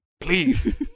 please